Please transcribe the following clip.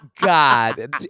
God